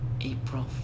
April